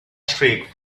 shriek